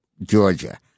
Georgia